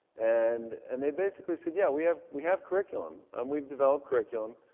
and and they basically said, yeah, we have we have curriculum and we've developed curriculum,